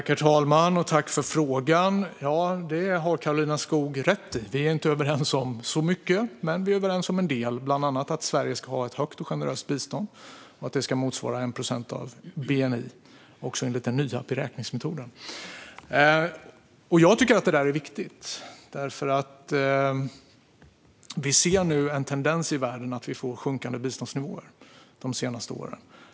Herr talman! Jag tackar för frågan! Det har Karolina Skog rätt i. Vi är inte överens om så mycket, men vi är överens om en del. Vi är bland annat överens om att Sverige ska ha ett högt och generöst bistånd och att det ska motsvara 1 procent av bni, också enligt den nya beräkningsmetoden. Jag tycker att det är viktigt. Vi ser nu en tendens i världen att vi fått sjunkande biståndsnivåer de senaste åren.